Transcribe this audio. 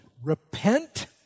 Repent